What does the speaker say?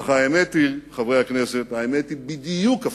אך האמת היא, חברי הכנסת, האמת היא בדיוק הפוכה: